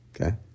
Okay